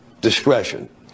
discretion